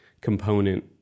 component